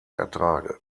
ertrage